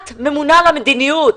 את ממונה על המדיניות,